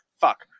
fuck